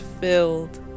filled